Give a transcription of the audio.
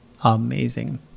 amazing